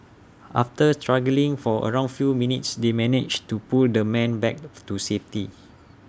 after struggling for around few minutes they managed to pull the man back to safety